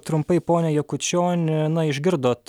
trumpai pone jakučioni na išgirdot